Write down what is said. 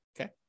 okay